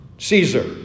Caesar